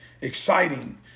exciting